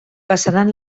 passaran